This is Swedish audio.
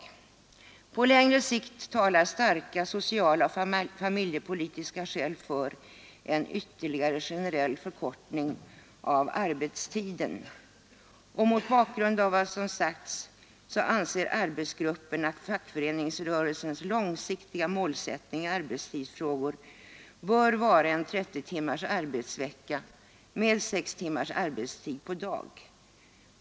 ——— talar dock på längre sikt starka sociala och familjepolitiska skäl för en ytterligare generell förkortning av arbetstiden. ——— Mot bakgrund av vad som ovan sagts anser arbetsgruppen att fackföreningsrörelsens långsiktiga målsättning i arbetstidsfrågan bör vara en 30-timmars arbetsvecka med 6 timmars arbetstid per dag.